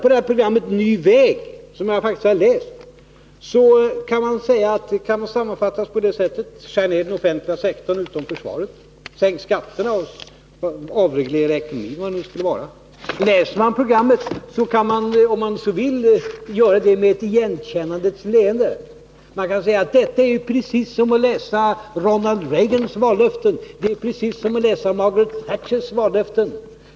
Och programmet Ny väg, som jag faktiskt har läst, kan sammanfattas så: Skär ned den offentliga sektorn utom försvaret, sänk skatterna och avreglera ekonomin — vad det nu skulle vara. Man kan, om man så vill, läsa programmet med ett igenkännandets leende. Man kan säga att detta är precis som att läsa Ronald Reagans vallöften, det är precis som att läsa Margaret Thatchers vallöften.